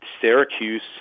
Syracuse